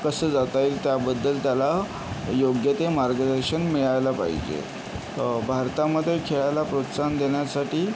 कसं जाता येईल त्याबद्दल त्याला योग्य ते मार्गदर्शन मिळायला पाहिजे भारतामध्ये खेळाला प्रोत्साहन देण्यासाठी